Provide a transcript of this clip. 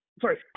Sorry